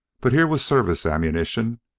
but here was service ammunition,